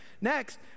Next